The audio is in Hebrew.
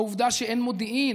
העובדה שאין מודיעין,